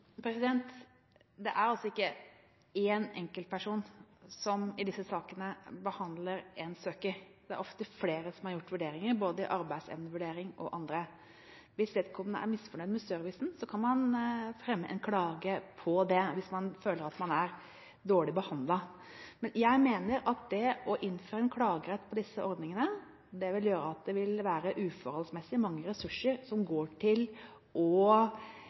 Det er ikke i disse sakene én enkeltperson som behandler én søker; det er ofte flere som har gjort vurderinger, både arbeidsevnevurdering og andre vurderinger. Hvis vedkommende er misfornøyd med servicen, kan man fremme en klage hvis man føler at man er dårlig behandlet. Men jeg mener at det å innføre en klagerett for disse ordningene vil føre til at det vil gå med uforholdsmessig mange ressurser